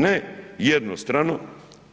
Ne jednostrano